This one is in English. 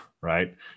right